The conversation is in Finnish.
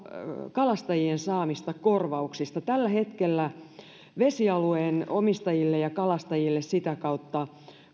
kalastajien saamista korvauksista tällä hetkellä vesialueen omistajille ja kalastajille sitä kautta